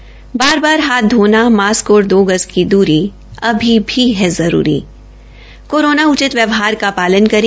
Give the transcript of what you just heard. बार बार हाथ धोना मास्क और दो गज की दूरी अभी भी है जरूरी कोरोना उचित व्यवहार का पालन करे